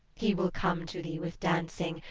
he will come to thee with dancing,